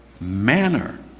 manner